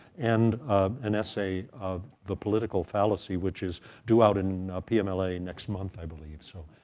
and an essay of the political fallacy, which is due out in pmla next month, i believe, so.